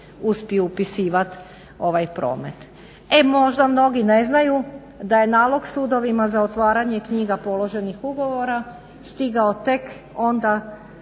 uspiju upisivat ovaj promet. E možda mnogi ne znaju da je nalog sudovima za otvaranje knjiga položenih ugovora stigao tek onda